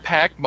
Pack